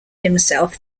himself